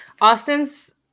austin's